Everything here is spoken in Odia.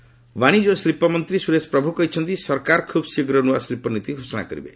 ପ୍ରଭୁ ପଲିସ୍ ବାଣିଜ୍ୟ ଓ ଶିଳ୍ପମନ୍ତ୍ରୀ ସୁରେଶ ପ୍ରଭୁ କହିଛନ୍ତି ସରକାର ଖୁବ୍ଶୀଘ୍ର ନୂଆ ଶିଳ୍ପନୀତି ଘୋଷଣା କରିବେ